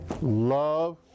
Love